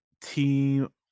team